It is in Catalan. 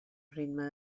ritme